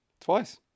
twice